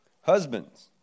Husbands